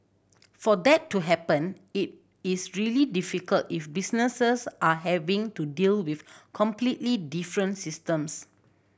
for that to happen it is really difficult if businesses are having to deal with completely different systems